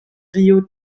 rio